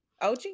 OG